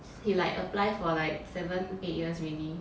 he like apply for like seven eight years already